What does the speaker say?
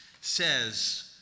says